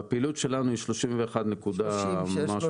בפעילות שלנו היא 31 נקודה משהו.